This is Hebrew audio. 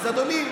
אז אדוני,